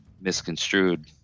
misconstrued